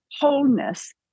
wholeness